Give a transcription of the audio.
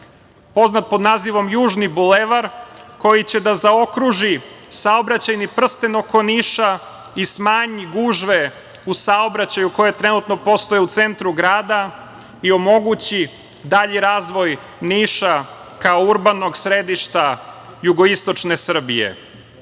poznat pod nazivom južni bulevar, koji će da zaokruži saobraćajni prsten oko Niša i smanji gužve u saobraćaju koje trenutno postoje u centru grada i omogući dalji razvoj Niša, kao urbanog središta jugoistočne Srbije. Ja